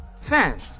fans